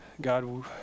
God